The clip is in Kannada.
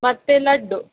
ಮತ್ತು ಲಡ್ಡು